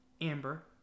Amber